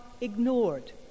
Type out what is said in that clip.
ignored